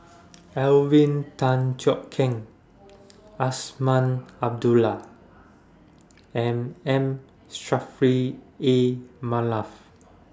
Alvin Tan Cheong Kheng Azman Abdullah and M Saffri A Manaf